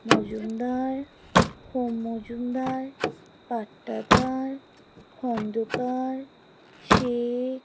মজুমদার হোম মজুমদার পাট্টাদার খন্দকার শেখ